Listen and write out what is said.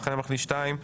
המחנה הממלכתי שניים,